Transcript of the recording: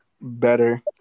better